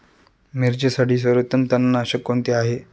मिरचीसाठी सर्वोत्तम तणनाशक कोणते आहे?